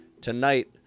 tonight